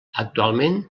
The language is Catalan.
actualment